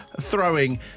throwing